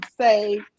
say